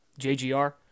JGR